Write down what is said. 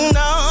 no